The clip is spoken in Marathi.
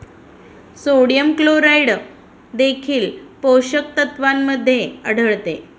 सोडियम क्लोराईड देखील पोषक तत्वांमध्ये आढळते